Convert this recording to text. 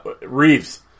Reeves